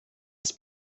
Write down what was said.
des